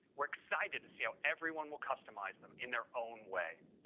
we're excited to see how everyone will customize them in their own way.